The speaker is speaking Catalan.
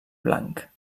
blanc